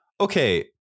Okay